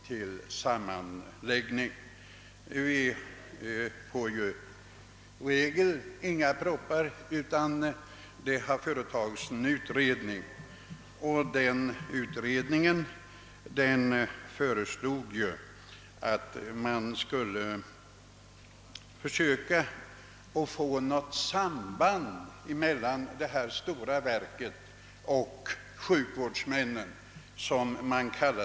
Det framläggs ju i regel inga propositioner utan att det dessförinnan företagits en utredning. Den utredning som förberett detta ärende hade föreslagit inrättandet av ett planeringsråd, som skulle svara för sambandet mellan det föreslagna stora verket och sjukvårdsmännen.